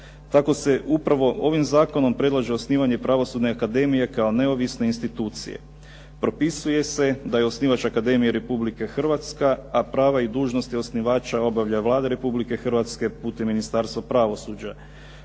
Tako se upravo ovim zakonom predlaže osnivanje pravosudne akademije kao neovisne institucije. Propisuje se da je osnivač akademije Republika Hrvatska, a prava i dužnosti osnivača obavlja Vlada Republike Hrvatske putem Ministarstva pravosuđa.